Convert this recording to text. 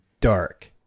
dark